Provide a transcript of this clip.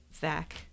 Zach